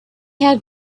had